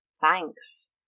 thanks